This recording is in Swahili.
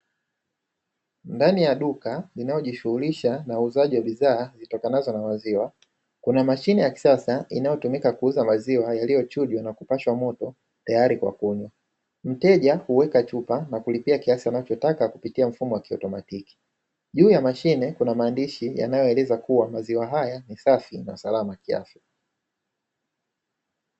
Ndani ya duka linalo jishughulisha na uuzaji wa bidhaa zitakazo na maziwa, kuna mashine ya kisasa inayotumika kuuza maziwa yaliyochujwa na kupashwa moto, tayari kwa kunywa. Mteja huweka chupa na kulipia kiasi anachotaka kupitia mfumo wa kiautomatiki. Juu ya mashine kuna maandishi yanayoeleza kuwa maziwa haya ni safi na usalama kwa afya.